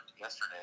yesterday